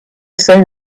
soon